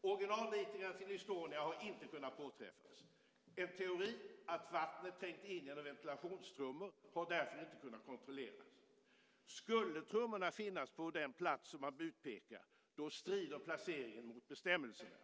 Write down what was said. Originalritningar till Estonia har inte kunnat påträffas. En teori om att vattnet trängt in genom ventilationstrummor har därför inte kunnat kontrolleras. Skulle trummorna finnas på den plats som man utpekar strider placeringen mot bestämmelserna.